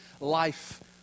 life